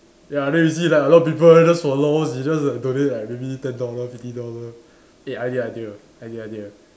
ya then see like a lot of people just follow they just like donate like maybe ten dollar fifty dollar eh idea idea idea idea